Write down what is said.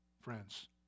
friends